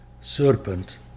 serpent